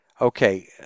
Okay